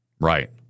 Right